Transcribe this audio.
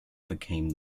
became